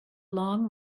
long